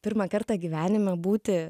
pirmą kartą gyvenime būti